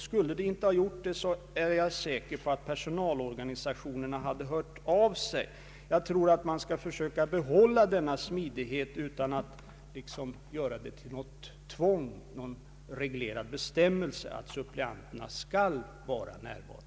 Skulle det inte ha gjort det, så är jag säker på att personalorganisationerna hade hört av sig. Jag tror att man bör försöka behålla denna smidighet i stället för att införa en generell reglering av innebörd att suppleanterna skall vara närvarande.